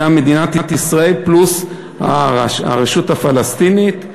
מדינת ישראל פלוס הרשות הפלסטינית.